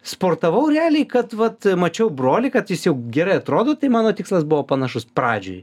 sportavau realiai kad vat mačiau brolį kad jis jau gerai atrodo tai mano tikslas buvo panašus pradžioj